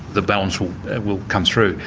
the balance will will come through.